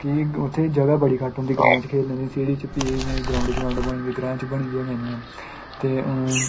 कि उत्थें जगहा बड़ी घट्ट होंदी ग्रांऽ च खेढ़ने दी सिटी च फ्ही इ'यां ग्राऊंड बनी दी ग्रांऽ च बनी दी गै नेईं ऐ ते हून